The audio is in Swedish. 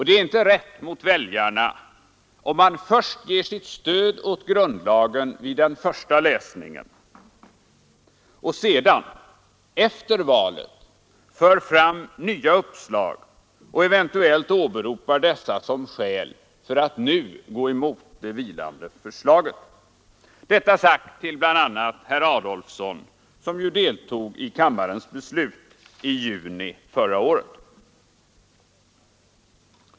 Det är inte rätt mot väljarna om man först ger sitt stöd åt grundlagen vid den första läsningen och sedan efter valet för fram nya uppslag och eventuellt åberopar dessa som skäl för att nu gå emot det vilande förslaget. Detta är sagt till bl.a. herr Adolfsson som ju deltog i kammarens beslut i juni förra året.